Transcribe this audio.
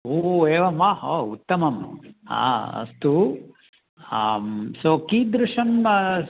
ओ एवं वा ओ उत्तमम् अस्तु आं सो कीदृशम्